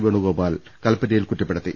വേണു ഗോപാൽ കല്പറ്റയിൽ കുറ്റപ്പെടുത്തി